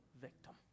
victim